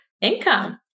income